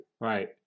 right